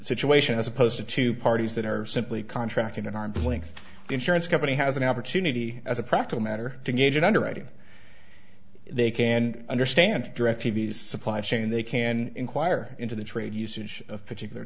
situation as opposed to two parties that are simply contracting an arm's length insurance company has an opportunity as a practical matter to gauge an underwriting they can understand directv supply chain they can inquire into the trade usage of particular